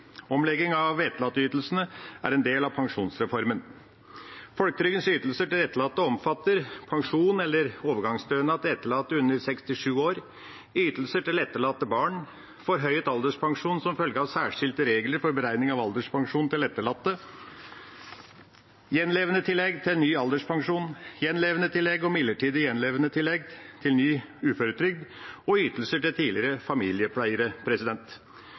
etterlatte under 67 år, ytelser til etterlatte barn, forhøyet alderspensjon som følge av særskilte regler for beregning av alderspensjon til etterlatte, gjenlevendetillegg til ny alderspensjon, gjenlevendetillegg og midlertidig gjenlevendetillegg til ny uføretrygd og ytelser til tidligere familiepleiere.